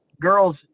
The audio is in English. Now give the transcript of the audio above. girls